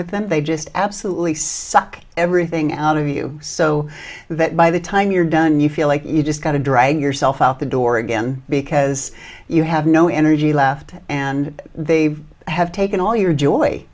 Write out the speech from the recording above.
with them they just absolutely suck everything out of you so that by the time you're done you feel like you just got to drag yourself out the door again because you have no energy left and they have taken all your joy